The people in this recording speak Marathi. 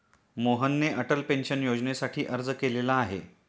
मोहनने अटल पेन्शन योजनेसाठी अर्ज केलेला आहे